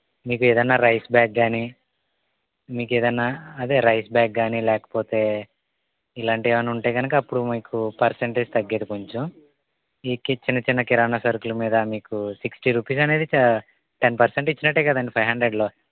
మీకు ఏదన్నా rice bag గాని మీకేదన్నా అదే రైస్ బ్యాగ్ గాని లేకపోతే ఇలాంటి ఏవన్నా ఉంటే గనక అప్పుడు మీకు పర్సెంటేజ్ తగ్గేది కొంచెం ఈ కి చిన్న చిన్న కిరాణా సరుకులు మీద మీకు సిక్స్టీ రూపీస్ అనేది చా టెన్ పర్సెంట్ ఇచ్చినట్టే కదండీ ఫైవ్ హండ్రెడ్ లో